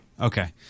Okay